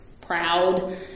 proud